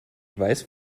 weiß